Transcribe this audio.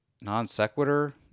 non-sequitur